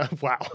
Wow